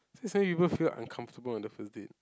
say some people feel uncomfortable on the first date